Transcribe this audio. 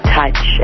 touch